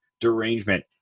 derangement